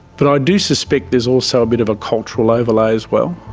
but i do suspect there's also a bit of a cultural overlay as well.